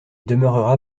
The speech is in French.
demeurera